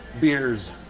Beers